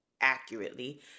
accurately